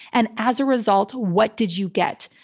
and as a result, what did you get?